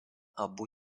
abu